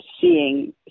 seeing